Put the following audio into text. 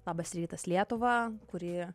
labas rytas lietuva kurį